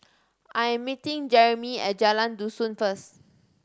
I am meeting Jeremie at Jalan Dusun first